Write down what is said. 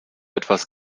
etwas